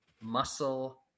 muscle